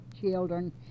children